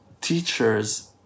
teachers